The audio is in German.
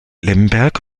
lemberg